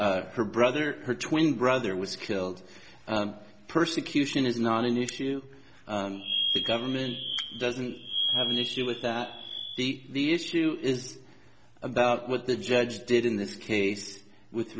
tortured her brother her twin brother was killed persecution is not an issue the government doesn't have an issue with that the issue is about what the judge did in this case with